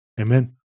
Amen